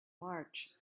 march